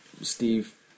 Steve